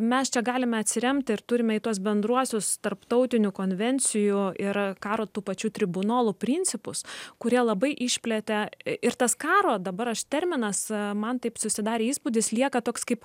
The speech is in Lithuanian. mes čia galime atsiremti ir turime į tuos bendruosius tarptautinių konvencijų ir karo tų pačių tribunolų principus kurie labai išplėtė ir tas karo dabar aš terminas man taip susidarė įspūdis lieka toks kaip